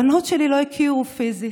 הבנות שלי לא הכירו פיזית,